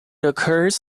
occurs